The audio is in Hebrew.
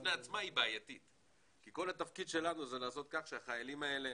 בפני עצמה היא בעייתית כי כל התפקיד שלנו זה לגרום לכך שהחיילים האלה